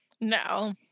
no